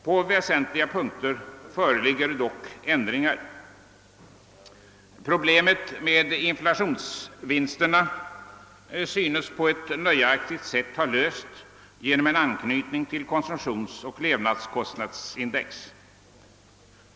På väsentliga punkter föreligger dock ändringar. Problemet med inflationsvinsterna synes på ett nöjaktigt sätt ha lösts genom en anknytning till konsumentoch levnadskostnadsindex.